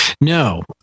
No